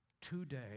Today